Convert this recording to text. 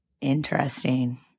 Interesting